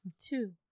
Two